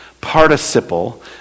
participle